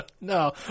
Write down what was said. no